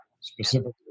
specifically